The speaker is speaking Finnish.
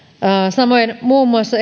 samoin ehdotettiin muun muassa